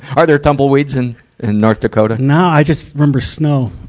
are there tumbleweeds in, in north dakota? no, i just remember snow.